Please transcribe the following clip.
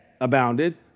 abounded